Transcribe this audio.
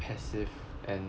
passive and